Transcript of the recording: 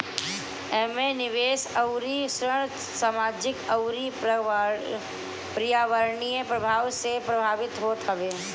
एमे निवेश अउरी ऋण सामाजिक अउरी पर्यावरणीय प्रभाव से प्रभावित होत हवे